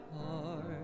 heart